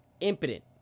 Impotent